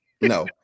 No